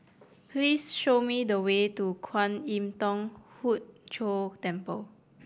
please show me the way to Kwan Im Thong Hood Cho Temple